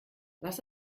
was